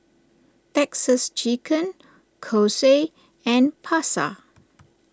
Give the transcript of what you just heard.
Texas Chicken Kose and Pasar